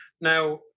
Now